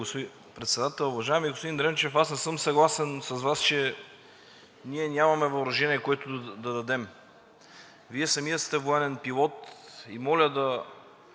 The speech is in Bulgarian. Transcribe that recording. Председател. Уважаеми господин Дренчев, аз не съм съгласен с Вас, че ние нямаме въоръжение, което да дадем. Вие самият сте военен пилот и моля да